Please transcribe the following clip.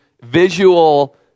visual